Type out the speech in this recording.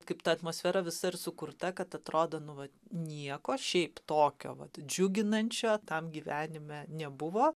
kaip ta atmosfera visa ir sukurta kad atrodo nu va nieko šiaip tokio vat džiuginančio tam gyvenime nebuvo